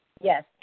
Yes